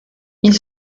ils